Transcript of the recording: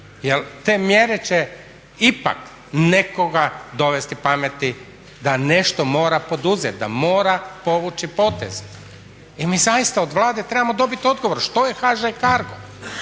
te mjere će ipak nekoga dovesti pameti da nešto mora poduzeti, da mora povući poteze. I mi zaista od Vlade trebamo dobiti odgovor što je HŽ CARGO.